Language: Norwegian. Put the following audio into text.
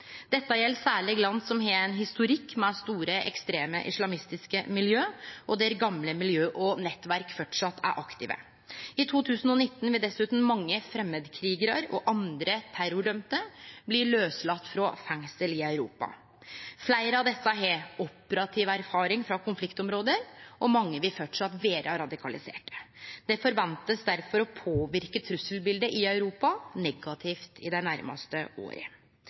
Dette gjelder særlig land som har en historikk med store ekstreme islamistiske miljøer, og der gamle miljøer og nettverk fortsatt er aktive. I 2019 vil dessuten mange fremmedkrigere og andre terrordømte bli løslatt fra fengsel i Europa. Flere av disse har operativ erfaring fra konfliktområder, og mange vil fortsatt være radikaliserte. Disse forventes derfor å påvirke trusselbildet i Europa negativt i de nærmeste